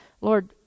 Lord